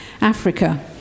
Africa